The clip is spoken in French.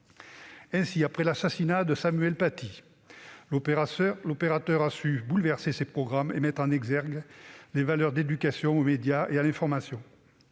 Ainsi, après l'assassinat de Samuel Paty, l'opérateur a su bouleverser ses programmes et mettre en exergue les actions d'éducation aux médias et à l'information.